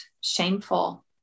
shameful